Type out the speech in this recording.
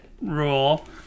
rule